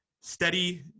steady